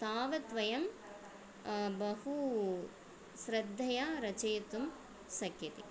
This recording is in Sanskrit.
तावत् वयं बहुश्रद्धया रचयितुं शक्यते